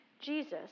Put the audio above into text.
Jesus